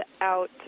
out